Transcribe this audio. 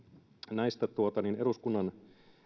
näistä eduskunnan